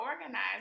organized